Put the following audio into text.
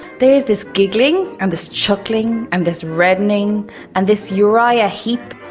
there is this giggling and this chuckling and this reddening and this uriah heep,